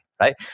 right